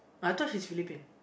I thought she's Philippines